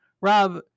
Rob